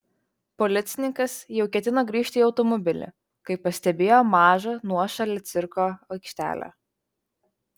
policininkas jau ketino grįžti į automobilį kai pastebėjo mažą nuošalią cirko aikštelę